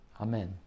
Amen